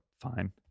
fine